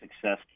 success